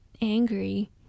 angry